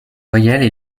voyelles